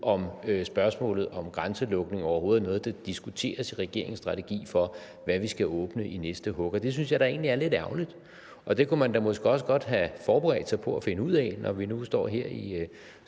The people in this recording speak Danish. om spørgsmålet om grænselukning overhovedet er noget, der diskuteres i regeringens strategi for, hvad vi skal åbne i næste hug, og det synes jeg da egentlig er lidt ærgerligt, og det kunne man da måske også godt have forberedt sig på at finde ud af, når vi nu står her i